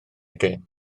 gêm